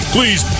Please